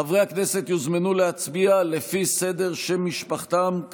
חברי הכנסת יוזמנו להצביע לפי סדר שם משפחתם,